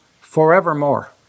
forevermore